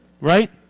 right